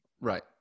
Right